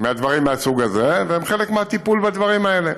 והדברים מהסוג הזה והן חלק מהטיפול בדברים האלה.